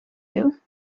you